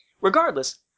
Regardless